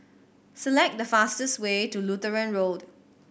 select the fastest way to Lutheran Road